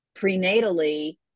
prenatally